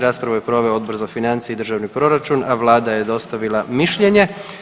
Raspravu je proveo Odbor za financije i državni proračun, a Vlada je dostavila mišljenje.